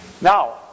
Now